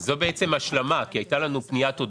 שאלה פוליטית של